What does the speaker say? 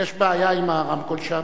יש בעיה עם הרמקול שם.